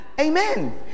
Amen